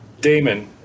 Damon